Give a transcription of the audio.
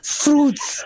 fruits